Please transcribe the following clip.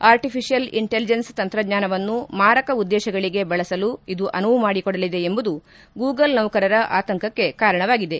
artificial intelligence ತಂತ್ರಜ್ಞಾನವನ್ನು ಮಾರಕ ಉದ್ದೇಶಗಳಿಗೆ ಬಳಸಲು ಇದು ಅನುವು ಮಾಡಿಕೊಡಲಿದೆ ಎಂಬುದು ಗೂಗಲ್ ನೌಕರರ ಆತಂಕಕ್ಕೆ ಕಾರಣವಾಗಿದೆ